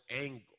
angle